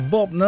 Bob